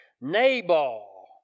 Nabal